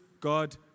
God